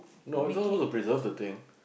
no you not supposed to preserve the thing